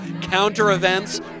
counter-events